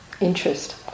interest